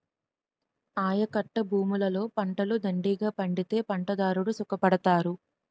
ఆయకట్టభూములలో పంటలు దండిగా పండితే పంటదారుడు సుఖపడతారు